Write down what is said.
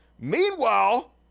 Meanwhile